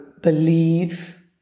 believe